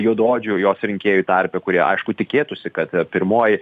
juodaodžių jos rinkėjų tarpe kurie aišku tikėtųsi kad pirmoji